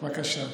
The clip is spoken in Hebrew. בבקשה.